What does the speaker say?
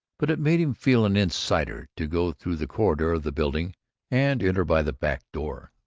but it made him feel an insider to go through the corridor of the building and enter by the back door.